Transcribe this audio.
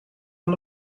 van